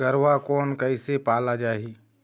गरवा कोन कइसे पाला जाही?